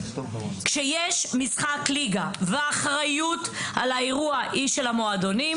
כשיש משחק ליגה והאחריות על האירוע היא של המועדונים,